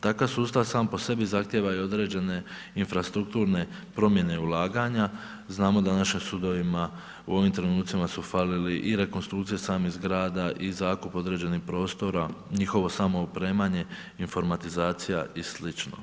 Takav sustav sam po sebi zahtijeva i određene infrastrukturne promjene ulaganja, znamo da u našim sudovima u ovim trenutcima su falili i rekonstrukcije samih zgrada i zakup određenih prostora, njihovo samo opremanje, informatizacija i sl.